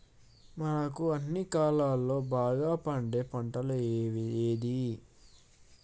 మనకు అన్ని కాలాల్లో బాగా పండే పంట ఏది?